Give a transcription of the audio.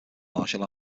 martial